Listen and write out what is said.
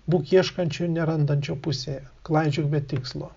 būk ieškančio ir nerandančio pusėje klaidžiok be tikslo